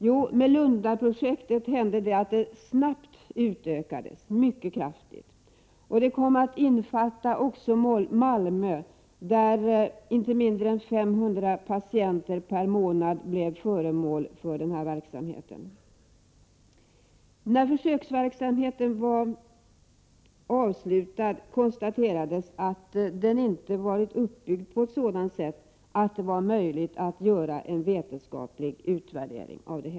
Jo, Lundaprojektet utökades snabbt mycket kraftigt och kom att innefatta också Malmö, där inte mindre än 500 patienter per månad blev föremål för verksamheten. När försöksverksamheten var avslutad konstaterades att den inte varit uppbyggd på ett sådant sätt att det var möjligt att göra en vetenskaplig utvärdering.